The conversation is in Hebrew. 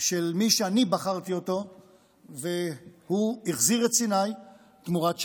של מי שאני בחרתי אותו והוא החזיר את סיני תמורת שלום.